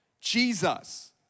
Jesus